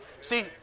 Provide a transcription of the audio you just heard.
See